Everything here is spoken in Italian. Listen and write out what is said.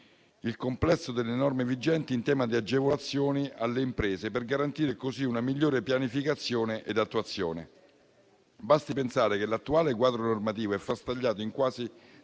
il complesso delle norme vigenti in tema di agevolazioni alle imprese, per garantire così una migliore pianificazione ed attuazione. Basti pensare che l'attuale quadro normativo è frastagliato in quasi